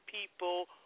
people